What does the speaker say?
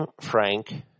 Frank